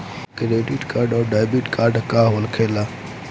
Credit आउरी debit card का होखेला?